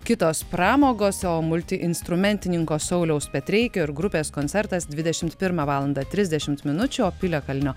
kitos pramogos o multiinstrumentininko sauliaus petreikio ir grupės koncertas dvidešimt pirmą valandą trisdešimt minučių o piliakalnio